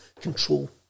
control